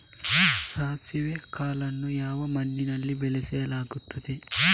ಸಾಸಿವೆ ಕಾಳನ್ನು ಯಾವ ಮಣ್ಣಿನಲ್ಲಿ ಬೆಳೆಸಲಾಗುತ್ತದೆ?